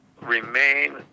remain